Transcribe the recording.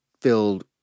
filled